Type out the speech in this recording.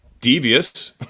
devious